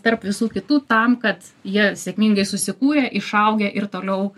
tarp visų kitų tam kad jie sėkmingai susikūrę išaugę ir toliau